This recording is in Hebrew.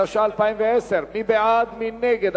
(תיקון), התש"ע 2010, מי בעד, מי נגד.